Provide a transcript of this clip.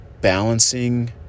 balancing